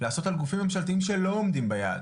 לעשות על גופים ממשלתיים שלא עומדים ביעד?